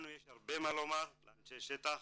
לנו יש הרבה מה לומר, לאנשי השטח